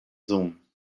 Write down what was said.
zoom